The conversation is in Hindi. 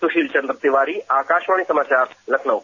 सुशील चंद्र तिवारी आकाशवाणी समाचार लखनऊ